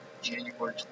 January